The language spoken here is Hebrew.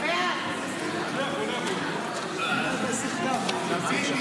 --- אנחנו נעבור להצבעה, רבותיי.